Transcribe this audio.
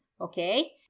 okay